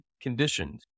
conditioned